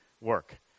work